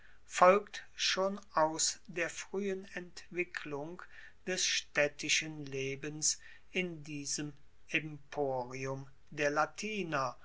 folgt schon aus der fruehen entwicklung des staedtischen lebens in diesem emporium der latiner